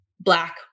black